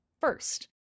First